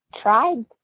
tried